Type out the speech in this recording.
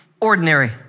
ordinary